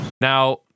Now